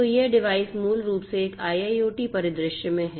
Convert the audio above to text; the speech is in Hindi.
तो ये डिवाइस मूल रूप से एक IIoT परिदृश्य में हैं